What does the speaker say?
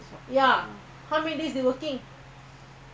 that one when they travel come back to singapore